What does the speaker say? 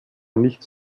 nichts